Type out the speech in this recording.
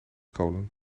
kolen